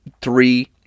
three